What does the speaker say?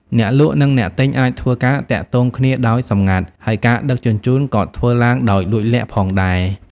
អ្នកលក់និងអ្នកទិញអាចធ្វើការទាក់ទងគ្នាដោយសម្ងាត់ ហើយការដឹកជញ្ជូនក៏ធ្វើឡើងដោយលួចលាក់ផងដែរ។